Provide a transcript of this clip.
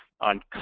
on